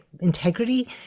integrity